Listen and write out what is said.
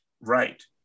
Right